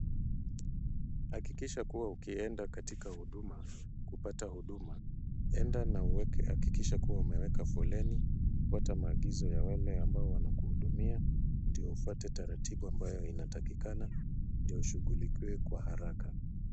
Hakikisha kuwa ukienda katika Huduma kupata huduma, enda na uweke, hakikisha kuwa umeweka foleni, fuata maagizo ya wale ambao wanakuhudumia, ndio ufuate taratibu ambayo inatakikana ndiyo ushughulikiwe kwa haraka.